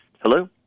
Hello